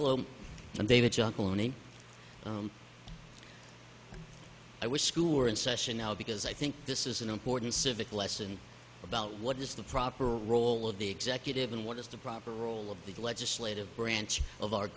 hello i'm david junko name i was school in session now because i think this is an important civic lesson about what is the proper role of the executive and what is the proper role of the legislative branch of our